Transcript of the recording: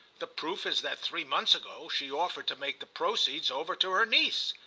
the proof is that three months ago she offered to make the proceeds over to her niece.